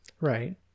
Right